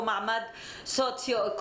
או מעמד סוציו-אקונומי.